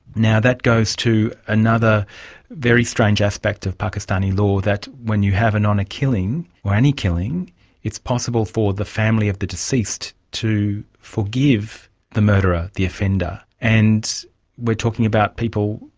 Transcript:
now, that goes to another very strange aspect of pakistani law, that when you have an honour killing or any killing it's possible for the family of the deceased to forgive the murderer, the offender. and we are talking about people,